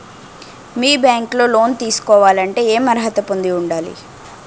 మీ bank లో loan తీసుకోవాలంటే ఎం అర్హత పొంది ఉండాలి?